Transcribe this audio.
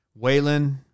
Waylon